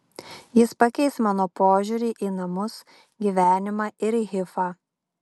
jis pakeis mano požiūrį į namus gyvenimą ir hifą